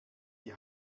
die